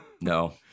No